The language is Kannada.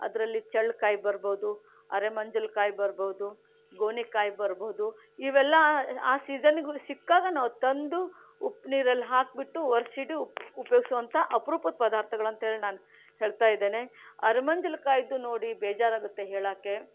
ಅದರಲ್ಲಿ ಚಳ್ಳಕಾಯಿ ಬರ್ಬೋದು ಅರೆಮಂಜಲಕಾಯಿ ಬರ್ಬೋದು ಗೋಣಿಕಾಯಿ ಬರ್ಬೋದು ಇವೆಲ್ಲ ಆ ಸೀಸನ್ಗೂ ಸಿಕ್ಕಾಗ ನಾವು ತಂದು ಉಪ್ಪು ನೀರಲ್ಲಿ ಹಾಕಿಬಿಟ್ಟು ವರ್ಷವಿಡೀ ಉಪ್ ಉಪಯೋಗಿಸೋವಂಥ ಅಪರೂಪದ ಪದಾರ್ಥಗಳು ಅಂತ ಹೇಳಿ ನಾನು ಹೇಳ್ತಾ ಇದ್ದೇನೆ ಅರೆಮಂಜಲಕಾಯಿದ್ದು ನೋಡಿ ಬೇಜಾರು ಆಗುತ್ತೆ ಹೇಳಕ್ಕೆ